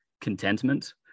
contentment